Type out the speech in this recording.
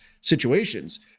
situations